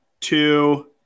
Two